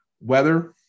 weather